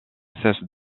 cesse